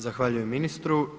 Zahvaljujem ministru.